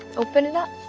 open it up.